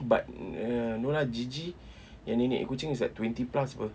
but ya no lah gigi yang nenek kucing is like twenty plus apa